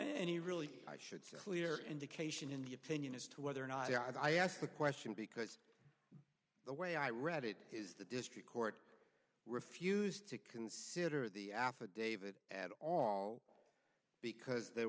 any really i should clear indication in the opinion as to whether or not i asked the question because the way i read it is the district court refused to consider the affidavit at all because there